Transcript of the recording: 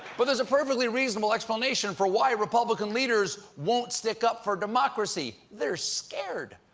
but there is a perfectly reasonable explanation for why republican leaders won't stick up for democracy. they're scared.